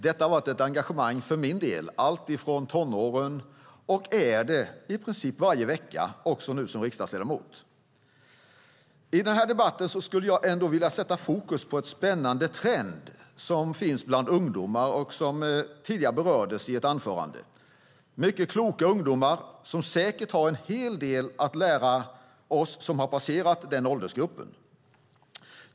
Detta engagemang har jag sedan tonåren och, i princip varje vecka, också som riksdagsledamot. I den här debatten skulle jag vilja fokusera på en spännande trend som finns bland ungdomar och som tidigare berördes i ett anförande. Det finns mycket kloka ungdomar som säkert har en hel del att lära oss som har passerat den åldersgruppen.